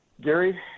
Gary